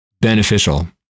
beneficial